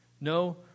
No